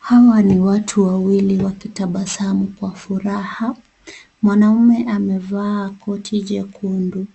Hawa ni watu wawili wakitabasamu kwa furaha. Mwanaume amevaa koti jekundu.